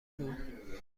بود